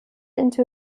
into